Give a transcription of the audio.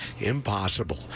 impossible